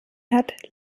hat